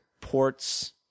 ports